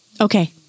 Okay